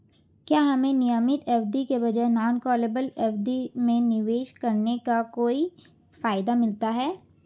क्या हमें नियमित एफ.डी के बजाय नॉन कॉलेबल एफ.डी में निवेश करने का कोई फायदा मिलता है?